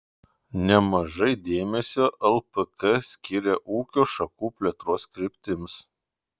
nemažai dėmesio lpk skiria ūkio šakų plėtros kryptims